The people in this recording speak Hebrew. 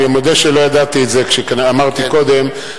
אני מודה שלא ידעתי את זה כשאמרתי קודם,